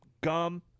gum